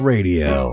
Radio